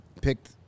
picked